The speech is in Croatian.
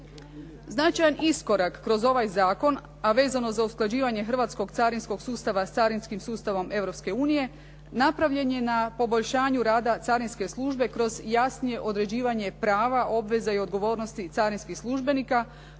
Značajan iskorak kroz ovaj zakon, a vezano za usklađivanje hrvatskog carinskog sustava s carinskim sustavom Europske unije napravljen je na poboljšanju rada carinske službe kroz jasnije određivanje prava, obveza i odgovornosti carinskih službenika